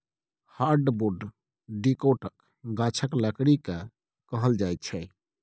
hardwood डिकौटक गाछक लकड़ी केँ कहल जाइ छै